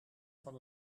van